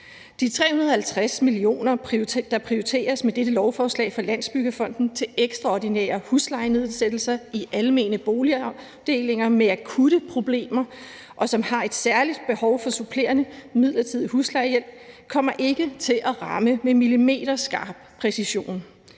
De 350 mio. kr., der prioriteres med dette lovforslag fra Landsbyggefonden til ekstraordinære huslejenedsættelser i almene boligafdelinger med akutte problemer, hvor der er et særligt behov for supplerende midlertidig huslejehjælp, kommer ikke til at ramme med millimeterskarp præcision,